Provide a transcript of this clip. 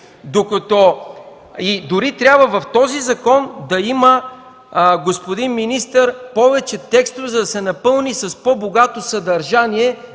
Дори в този закон трябва да има, господин министър, повече текстове, за да се напълни с по-богато съдържание